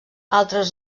altres